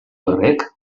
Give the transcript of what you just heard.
horrek